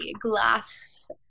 glass